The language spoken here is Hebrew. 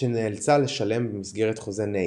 שנדרשה לשלם במסגרת חוזה ניי.